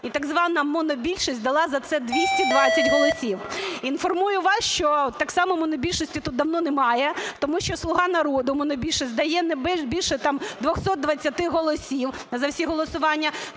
і так звана монобільшість дала за це 220 голосів. Інформую вас, що так само монобільшості тут давно немає, тому що "Слуга народу", монобільшість, дає не більше 220 голосів за всі голосування.